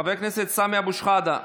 חבר הכנסת סמי אבו שחאדה,